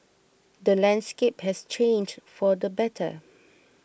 the landscape has changed for the better